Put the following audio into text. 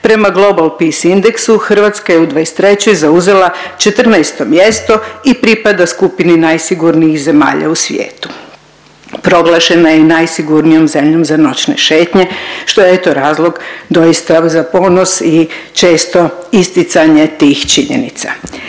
prema Global pis indeksu Hrvatska je u '23. zauzela 14 mjesto i pripada skupini najsigurnijih zemalja u svijetu, proglašena je i najsigurnijom zemljom za noćne šetnje što je eto razlog doista evo za ponos i često isticanje tih činjenica.